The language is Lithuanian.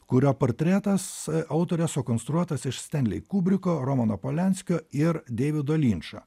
kurio portretas autorės sukonstruotas iš stenlei kubriko romano polianskio ir deivido linčo